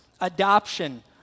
adoption